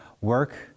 work